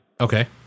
Okay